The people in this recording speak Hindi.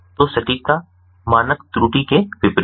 तो सटीकता मानक त्रुटि के विपरीत है